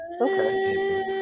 okay